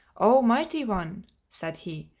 oh, mighty one, said he,